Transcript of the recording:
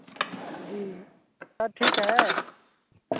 जी सब ठीक है